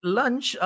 lunch